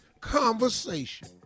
conversation